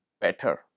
better